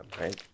right